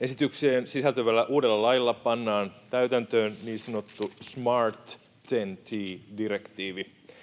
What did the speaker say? Esitykseen sisältyvällä uudella lailla pannaan täytäntöön niin sanottu Smart TEN-T ‑direktiivi,